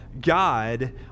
God